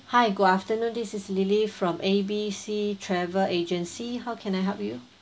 hi good afternoon this is lily from A B C travel agency how can I help you